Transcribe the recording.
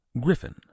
Griffin